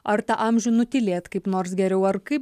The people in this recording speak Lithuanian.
ar tą amžių nutylėt kaip nors geriau ar kaip